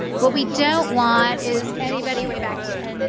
what we don't want is anybody way back here.